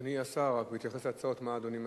אדוני השר, רק בהתייחס להצעות, מה אדוני מציע?